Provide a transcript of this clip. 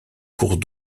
cours